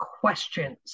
questions